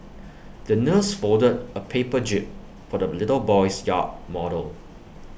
the nurse folded A paper jib for the little boy's yacht model